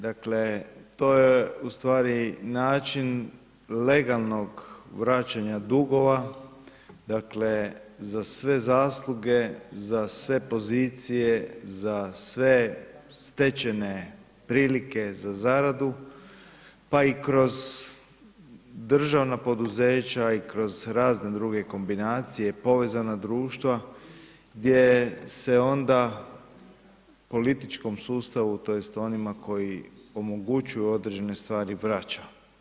Dakle, to je u stvari način legalnog vraćanja dugova, dakle za sve zasluge, za sve pozicije, za sve stečene prilike za zaradu, pa i kroz državna poduzeća i kroz razne druge kombinacije, povezana društva gdje se onda političkom sustavu, tj. onima koji omogućuju određene stvari, vraća.